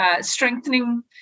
strengthening